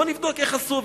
בואו נבדוק איך עשו,